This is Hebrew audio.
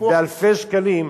באלפי שקלים,